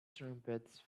trumpets